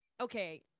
okay –